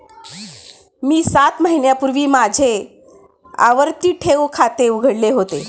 मी सात महिन्यांपूर्वी माझे आवर्ती ठेव खाते उघडले होते